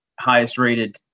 highest-rated